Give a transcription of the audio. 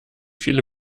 viele